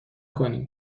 کنیم